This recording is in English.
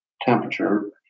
temperature